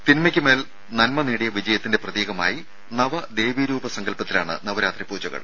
തിന്മക്കുമേൽ നന്മനേടിയ വിജയത്തിന്റെ പ്രതീകമായി നവ ദേവീരൂപ സങ്കല്പത്തിലാണ് നവരാത്രി പൂജകൾ